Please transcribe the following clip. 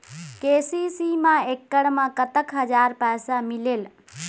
KCC मा एकड़ मा कतक हजार पैसा मिलेल?